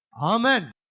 Amen